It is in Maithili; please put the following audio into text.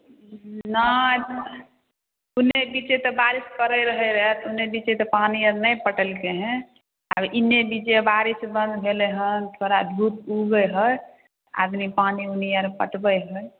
नहि ओन्ने बीचे तऽ बारिश पड़ै रहै रऽ तऽ ओन्ने बीचे पानी आओर नहि पटेलकै हँ आब एन्ने बीचे बारिश बन्द भेलै हँ थोड़ा धूप उगै हइ आदमी पानी उनी आओर पटबै हइ